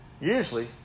Usually